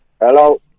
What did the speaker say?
hello